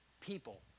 people